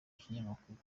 kinyamakuru